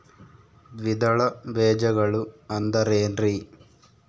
ದ್ವಿದಳ ಬೇಜಗಳು ಅಂದರೇನ್ರಿ?